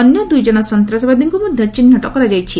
ଅନ୍ୟ ଦୁଇ ଜଣ ସନ୍ତାସବାଦୀଙ୍କୁ ମଧ୍ୟ ଚିହ୍ନଟ କରାଯାଇଛି